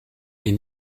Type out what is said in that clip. est